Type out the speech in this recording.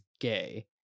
gay